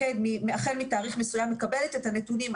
החל מתאריך מסוים מקבלת את הנתונים,